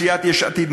סיעת יש עתיד,